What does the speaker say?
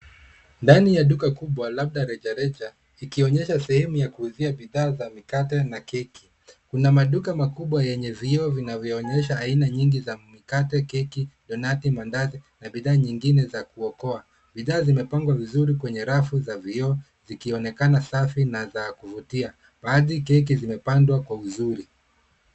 Ndani ya duka kubwa, labda rejareja, ikionyesha sehemu ya kuuzia bidhaa za mikate na keki. Kuna maduka makubwa yenye vioo vinavyoonyesha aina nyingi za mikate, keki, donati, mandazi na bidhaa nyingine za kuokoa. Bidhaa zimepangwa vizuri kwenye rafu za vioo zikionekana safi na za kuvutia. Baadhi keki zimepandwa kwa uzuri.